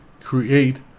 create